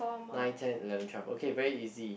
nine ten eleven twelve okay very easy